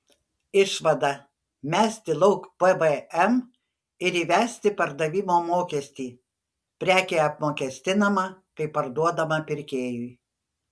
išvada mesti lauk pvm ir įvesti pardavimo mokestį prekė apmokestinama kai parduodama pirkėjui